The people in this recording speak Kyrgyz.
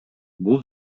бул